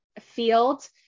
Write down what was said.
field